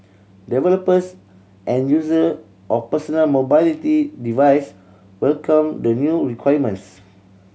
developers and user of personal mobility device welcomed the new requirements